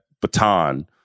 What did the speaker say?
baton